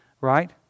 Right